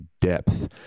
depth